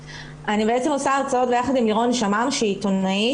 אני בעצם עושה את זה יחד עם לירון שמם שהיא עיתונאית.